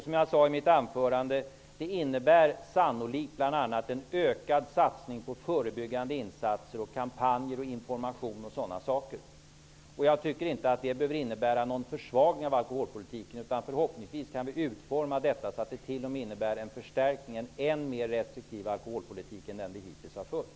Som jag sade i mitt anförande innebär detta sannolikt att det kommer att bli en ökad satsning på förebyggande insatser, t.ex. kampanjer och information. Det behöver inte betyda någon försvagning av alkoholpolitiken. Förhoppningsvis kan detta utformas så att det t.o.m. blir en mer restriktiv alkoholpolitik än den som vi hittills har fört.